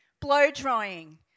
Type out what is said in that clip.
blow-drying